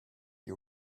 you